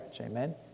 amen